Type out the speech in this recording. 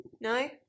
No